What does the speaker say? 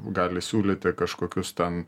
gali siūlyti kažkokius ten